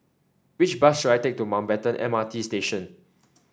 which bus should I take to Mountbatten M R T Station